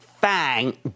Fang